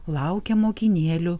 laukia mokinėlių